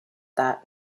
that